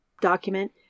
document